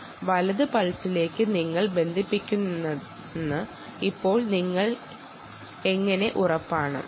നിങ്ങൾ ശരിയായ പൾസിലേക്കാണ് ബന്ധിപ്പിക്കുന്നതെന്ന് നിങ്ങൾക്ക് എങ്ങനെ ഉറപ്പാക്കാൻ കഴിയും